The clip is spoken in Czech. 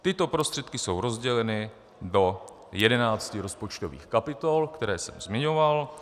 Tyto prostředky jsou rozděleny do jedenácti rozpočtových kapitol, které jsem zmiňoval.